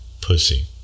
Pussy